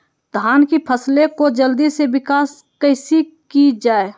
धान की फसलें को जल्दी से विकास कैसी कि जाला?